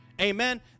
Amen